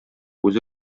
үзе